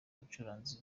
umucuranzi